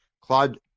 Claude